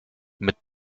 mit